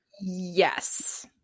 yes